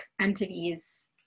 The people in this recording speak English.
entities